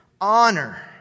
honor